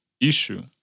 issue